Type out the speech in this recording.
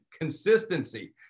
consistency